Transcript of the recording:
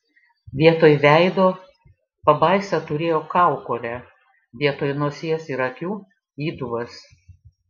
vietoj veido pabaisa turėjo kaukolę vietoj nosies ir akių įdubas